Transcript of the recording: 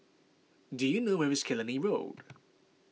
do you know where is Killiney Road